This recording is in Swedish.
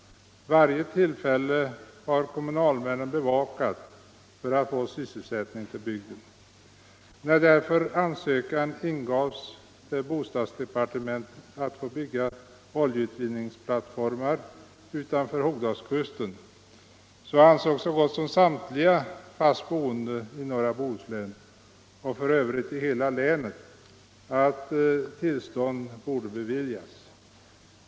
Varje tillfälle att få sysselsättning till bygden har kommunalmännen bevakat. När därför ansökan ingavs till bostadsdepartementet att få bygga oljeutvinningsplattformar utanför Hogdalskusten, ansåg så gott som samtliga fast boende i norra Bohuslän, och för övrigt i hela länet, att tillstånd borde beviljas.